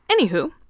anywho